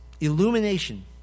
Illumination